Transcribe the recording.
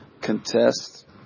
contest